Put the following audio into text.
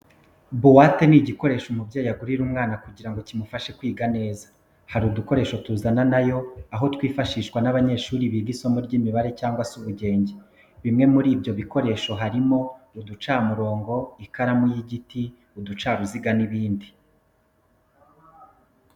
Buwate ni igikoresho umubyeyi agurira umwana kugira ngo kimufashe kwiga neza. Hari udukoresho tuzana na yo, aho twifashishwa n'abanyeshuri biga isomo ry'imibare cyangwa se ubugenge. Bimwe muri ibyo bikoresho harimo uducamurongo, ikaramu y'igiti, uducaruziga n'ibindi.